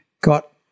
got